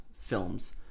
films